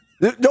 No